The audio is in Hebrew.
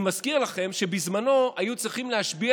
אני מזכיר לכם שבזמנו היו צריכים להשביע